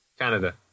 Canada